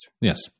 Yes